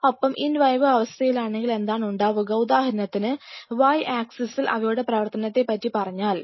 ഒപ്പം in vivo അവസ്ഥയിലാണെങ്കിൽ എന്താണുണ്ടാവുക ഉദാഹരണത്തിന് Y ആക്സിസിൽ അവയുടെ പ്രവർത്തനത്തെപ്പറ്റി പറഞ്ഞാൽ